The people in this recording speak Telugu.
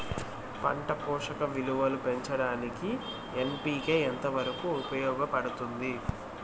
పంట పోషక విలువలు పెంచడానికి ఎన్.పి.కె ఎంత వరకు ఉపయోగపడుతుంది